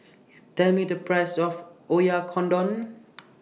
Tell Me The Price of Oyakodon